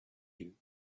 you